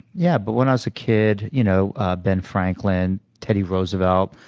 yeah, but when i was a kid you know ah ben franklin, teddy roosevelt.